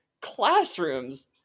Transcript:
classrooms